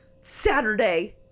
Saturday